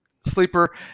sleeper